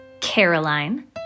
Caroline